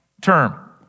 term